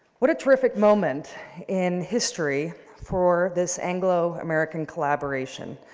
what a terrific moment in history for this anglo-american collaboration.